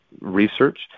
research